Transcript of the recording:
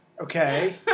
Okay